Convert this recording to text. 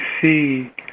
see